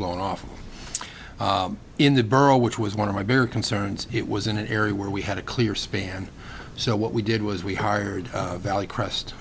blown off in the borough which was one of my better concerns it was in an area where we had a clear span so what we did was we hired a valley crest